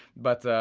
but,